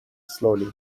slowly